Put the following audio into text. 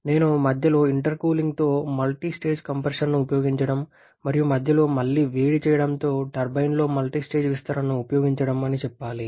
నేను మధ్యలో ఇంటర్కూలింగ్తో మల్టీస్టేజ్ కంప్రెషన్ను ఉపయోగించడం మరియు మధ్యలో మళ్లీ వేడి చేయడంతో టర్బైన్లో మల్టీస్టేజ్ విస్తరణను ఉపయోగించడం అని చెప్పాలి